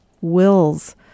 wills